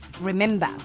Remember